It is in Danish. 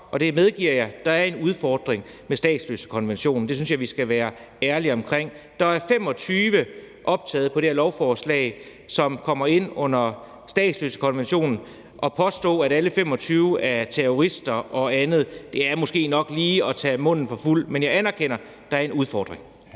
og det medgiver jeg, at der er en udfordring med statsløsekonventionen. Det synes jeg vi skal være ærlige omkring. Der er 25 optaget på det her lovforslag, som kommer ind under statsløsekonventionen. At påstå, at alle 25 er terrorister og andet, er måske nok lige at tage munden for fuld, men jeg anerkender, at der er en udfordring.